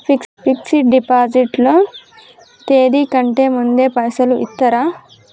Fix డ్ deposit లో తేది కంటే ముందే పైసలు ఇత్తరా?